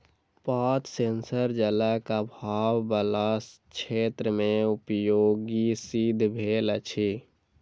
पात सेंसर जलक आभाव बला क्षेत्र मे उपयोगी सिद्ध भेल अछि